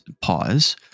pause